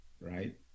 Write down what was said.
right